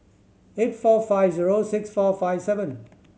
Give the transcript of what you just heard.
eight four five zero six four five seven